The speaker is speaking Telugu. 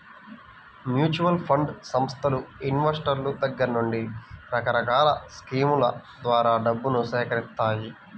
మ్యూచువల్ ఫండ్ సంస్థలు ఇన్వెస్టర్ల దగ్గర నుండి రకరకాల స్కీముల ద్వారా డబ్బును సేకరిత్తాయి